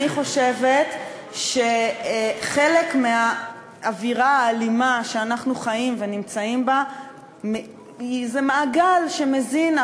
אני חושבת שחלק מהאווירה האלימה שאנחנו חיים ונמצאים בה זה מעגל שמזין,